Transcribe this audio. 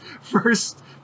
First